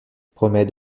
promet